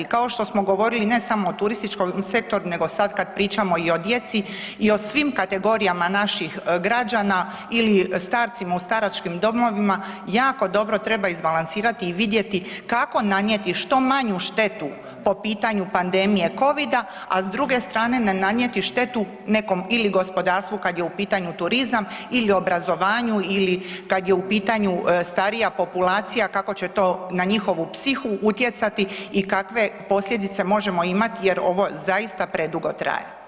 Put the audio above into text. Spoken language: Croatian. Kao što smo govorili ne samo o turističkom sektoru nego sad kad pričamo i o djeci i o svim kategorijama naših građana ili starcima u staračkim domovima jako dobro treba izbalansirati i vidjeti kako nanijeti što manju štetu po pitanju pandemije Covida, a s druge strane ne nanijeti štetu nekom ili gospodarstvu kad je u pitanju turizam ili obrazovanju ili kad je u pitanju starija populacija kako će to na njihovu psihu utjecati i kakve posljedice možemo imati jer ovo zaista predugo traje.